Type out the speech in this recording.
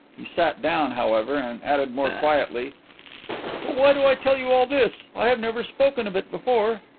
he sat down, however, and added more quietly but why do i tell you all this? i have never spoken of it before.